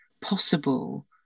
possible